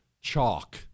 chalk